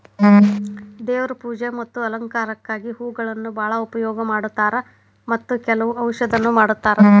ದೇವ್ರ ಪೂಜೆ ಮತ್ತ ಅಲಂಕಾರಕ್ಕಾಗಿ ಹೂಗಳನ್ನಾ ಬಾಳ ಉಪಯೋಗ ಮಾಡತಾರ ಮತ್ತ ಕೆಲ್ವ ಔಷಧನು ಮಾಡತಾರ